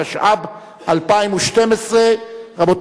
התשע"ב 2012,